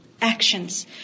actions